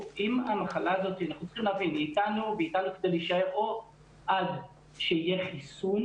המחלה הזאת איתנו והיא איתנו כדי להישאר או עד שיהיה חיסון